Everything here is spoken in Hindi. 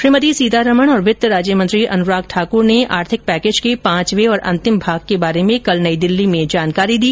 श्रीमती सीतारामन और वित्त राज्यमंत्री अनुराग ठाकुर ने आर्थिक पैकेज के पांचवे और अंतिम भाग के बारे में कल नई दिल्ली में जानकारी दी